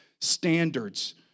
standards